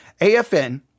AFN